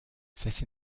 set